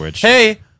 Hey